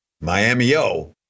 Miami-O